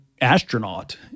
astronaut